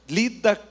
lida